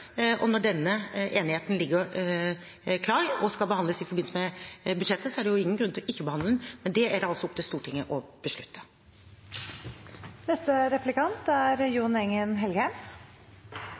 og når denne enigheten ligger klar og skal behandles i forbindelse med budsjettet, er det jo ingen grunn til ikke å behandle den. Men det er det altså opp til Stortinget å beslutte. Når en hører forrige replikant, kan det jo